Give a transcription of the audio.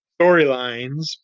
storylines